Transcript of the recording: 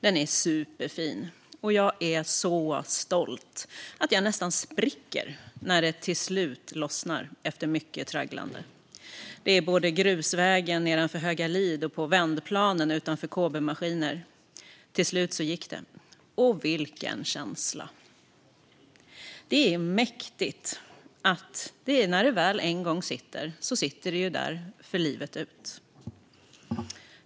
Den är superfin, och jag är så stolt att jag nästan spricker när det till slut lossnar, efter mycket tragglande. Det är på grusvägen nedanför Högalid och på vändplanen utanför Kåbe Maskiner. Till slut gick det - vilken känsla! Det är mäktigt att när det väl en gång sitter, då sitter det där livet ut.